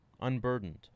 unburdened